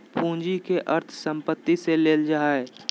पूंजी के अर्थ संपत्ति से लेल जा हइ